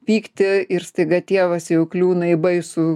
pykti ir staiga tėvas jau įkliūna į baisų